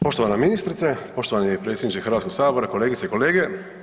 Poštovana ministrice, poštovani predsjedniče Hrvatskog sabora, kolegice i kolege.